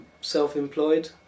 self-employed